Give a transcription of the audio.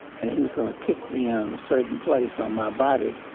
and he was gonna kick me in a certain place on my body.